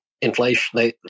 inflation